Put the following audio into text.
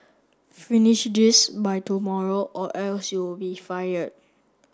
finish this by tomorrow or else you'll be fired